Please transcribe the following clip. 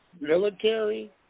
military